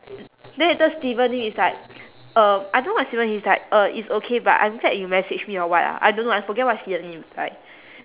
then later steven lim is like um I don't know what steven he's like uh it's okay but I'm glad you messaged me or what ah I don't know I forget what steven lim replied